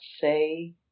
say